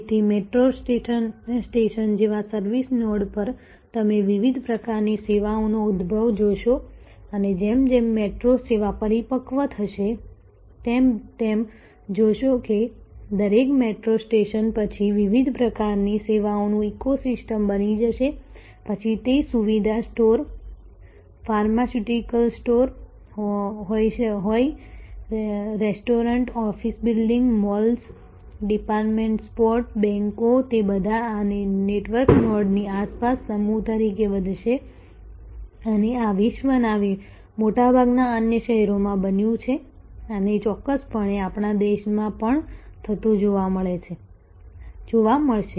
તેથી metro station જેવા service node પર તમે વિવિધ પ્રકારની સેવાઓનો ઉદભવ જોશો અને જેમ જેમ મેટ્રો સેવા પરિપક્વ થશે તેમ તમે જોશો કે દરેક મેટ્રો સ્ટેશન પછી વિવિધ પ્રકારની સેવાઓનું ઇકોસિસ્ટમ બની જશે પછી તે સુવિધા સ્ટોર ફાર્માસ્યુટિકલ સ્ટોર હોય restaurants office buildings malls department stores બેંકો તે બધા આ નેટવર્ક નોડ્સની આસપાસ સમૂહ તરીકે વધશે અને આ વિશ્વના મોટાભાગના અન્ય શહેરોમાં બન્યું છે અને ચોક્કસપણે આપણા દેશમાં પણ થતું જોવા મળશે